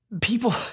people